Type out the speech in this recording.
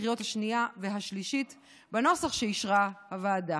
בקריאה השנייה ובקריאה השלישית בנוסח שאישרה הוועדה.